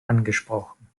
angesprochen